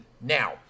Now